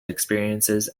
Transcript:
experiences